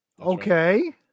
okay